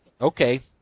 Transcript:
Okay